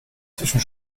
zwischen